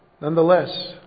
Nonetheless